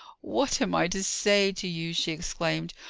what am i to say to you? she exclaimed.